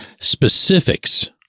specifics